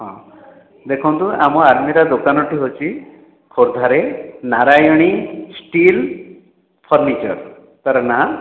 ହଁ ଦେଖନ୍ତୁ ଆମ ଆଲମିରା ଦୋକାନଟି ହେଉଛି ଖୋର୍ଦ୍ଧାରେ ନାରାୟଣୀ ଷ୍ଟିଲ୍ ଫର୍ନିଚର୍ ତା ର ନା